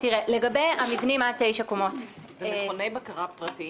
לגבי המבנים עד 9 קומות --- אלה מכוני בקרה פרטיים?